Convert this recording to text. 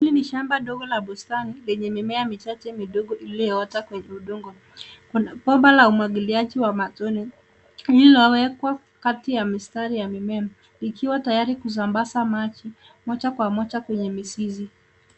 HIli ni shamba dogo la bustani lenye mimea michache midogo iliyoota kwenye udongo . Kuna bomba la umwagiliaji wa matone lililowekwa kati ya mistari ya mimea ikiwa tayari kusambaza maji moja kwa moja kwenye mizizi.